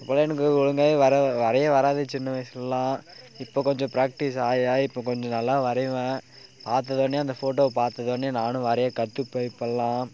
அப்பலாம் எனக்கு ஒழுங்காகவே வர வரைய வராது சின்ன வயசுலேலான் இப்போ கொஞ்சம் ப்ராக்டிஸ் ஆகி ஆகி இப்போ கொஞ்சம் நல்லா வரைவேன் பார்த்துதானே அந்த ஃபோட்டோ பார்த்துதானே நானும் வரைய கற்றுப்பேன் இப்போல்லாம்